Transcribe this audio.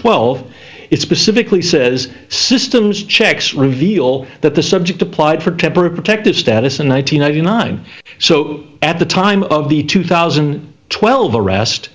twelve it specifically says systems checks reveal that the subject applied for temporary protective status in one thousand nine hundred nine so at the time of the two thousand and twelve arrest